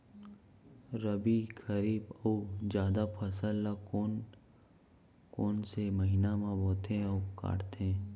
रबि, खरीफ अऊ जादा फसल ल कोन कोन से महीना म बोथे अऊ काटते?